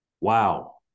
wow